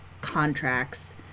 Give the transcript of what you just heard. contracts